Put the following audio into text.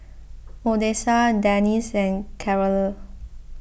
Odessa Denice and Carole